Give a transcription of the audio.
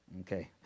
Okay